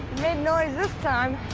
and noise this time.